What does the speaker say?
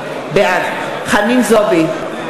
בעד חנין זועבי,